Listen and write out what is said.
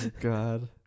God